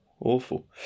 Awful